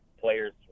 Players